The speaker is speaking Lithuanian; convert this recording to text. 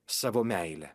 savo meile